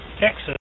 Texas